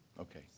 Okay